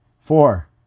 Four